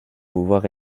pouvoir